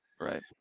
Right